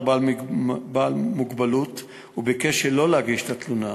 בעל מוגבלות וביקש שלא להגיש את התלונה.